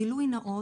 גילוי נאות,